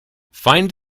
find